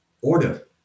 order